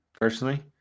personally